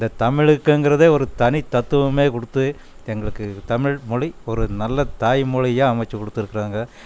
இந்த தமிழுக்குங்கிறதே ஒரு தனி தத்துவமே கொடுத்து எங்களுக்கு தமிழ் மொழி ஒரு நல்ல தாய் மொழியாக அமைச்சி கொடுத்துருக்குறாங்க